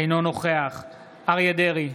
אינו נוכח אריה מכלוף דרעי,